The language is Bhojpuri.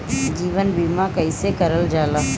जीवन बीमा कईसे करल जाला?